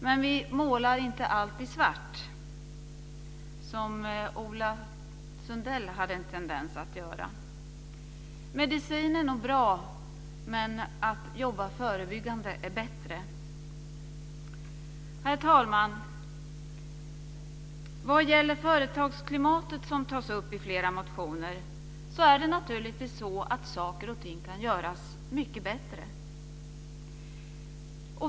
Men vi målar inte allt i svart, som Ola Sundell hade en tendens att göra. Medicin är nog bra, men att jobba förebyggande är bättre. Herr talman! Vad gäller företagsklimatet, som tas upp i flera motioner, så kan saker och ting naturligtvis göras mycket bättre.